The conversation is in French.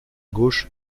gauche